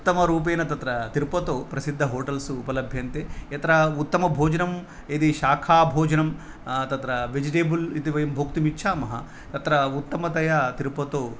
उत्तमरूपेण तत्र तिरुपतौ प्रसिद्ध होटल्स् उपलभ्यन्ते यत्र उत्तमभोजनं यदि शाखाभोजनं तत्र वेजिटेबल् इति वयं भोक्तुम् इच्छामः तत्र उत्तमतया तिरुपतौ